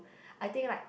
I think like